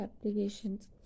applications